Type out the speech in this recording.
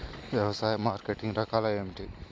వ్యవసాయ మార్కెటింగ్ రకాలు ఏమిటి?